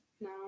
No